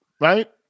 right